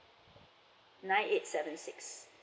nine eight seven six